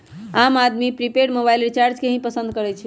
आम आदमी prepaid mobile recharge के ही पसंद करई छई